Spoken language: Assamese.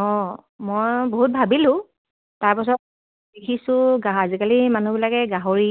অঁ মই বহুত ভাবিলোঁ তাৰপাছত দেখিছোঁ আজিকালি মানুহবিলাকে গাহৰি